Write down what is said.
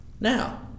Now